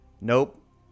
Nope